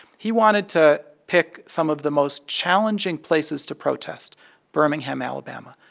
he wanted to pick some of the most challenging places to protest birmingham, ala, but um ah